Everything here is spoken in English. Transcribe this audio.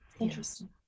interesting